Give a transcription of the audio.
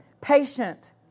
patient